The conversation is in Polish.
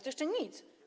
To jeszcze nic.